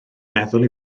meddwl